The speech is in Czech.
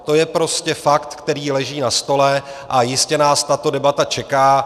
To je prostě fakt, který leží na stole, a jistě nás tato debata čeká.